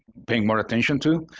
paying more attention to.